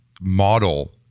model